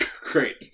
Great